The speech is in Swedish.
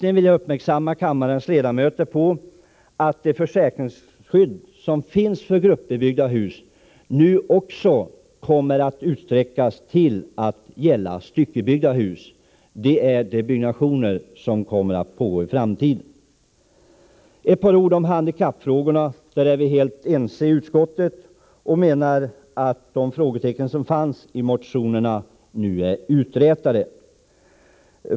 Vidare vill jag göra kammarens ledamöter uppmärksamma på att det försäkringsskydd som finns för gruppbyggda hus nu kommer att utsträckas till att gälla styckebyggda hus. Det är de byggnationer som kommer att pågå i framtiden. Beträffande handikappfrågorna är vi helt ense i utskottet och menar att de frågetecken som fanns i motionerna nu är uträtade.